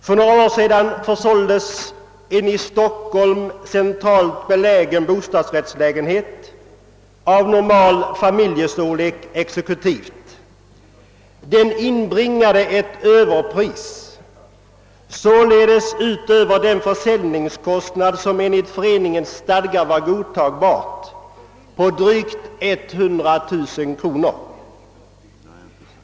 För några år sedan försåldes en i Stockholm centralt belägen bostadsrättslägenhet av normal familjestorlek exekutivt. Den inbringade ett överpris — alltså utöver den försäljningskostnad som en ligt föreningens stadgar var godtagbar -— på drygt 100 000 kronor.